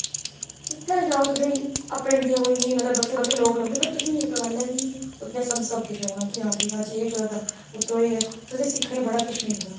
जित्थै जाओ तुसेगी अपने जेहा कोई नेई बक्खरे बक्खरे लोक लभने मतलब तुसें गी इक गल्ल है कि उत्थे सभ किश होना कि अज एह् चला दा उत्थै ऐ तुसेंगी सिक्खने गी बड़ा किश मिलना